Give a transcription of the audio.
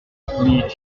premier